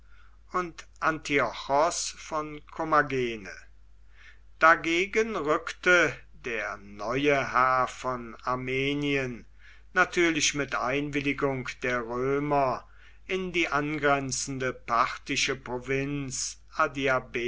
und antiochos von kommagene dagegen rückte der neue herr von armenien natürlich mit einwilligung der römer in die angrenzende parthische provinz